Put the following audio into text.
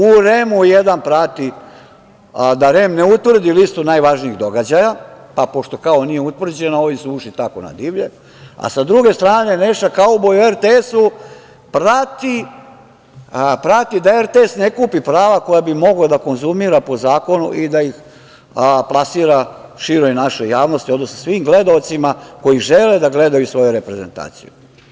U REM-u jedan prati da REM ne utvrdi listu najvažnijih događaja, pa pošto kao nije utvrđeno ovi su ušli tako na divlje, a sa druge strane Neša kauboj u RTS-u prati da RTS ne kupi prava koja bi mogao da konzumira po zakonu i da ih plasira široj našoj javnosti, odnosno svim gledaocima koji žele da gledaju svoju reprezentaciju.